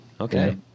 okay